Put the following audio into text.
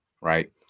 right